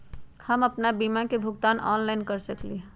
हम अपन बीमा के भुगतान ऑनलाइन कर सकली ह?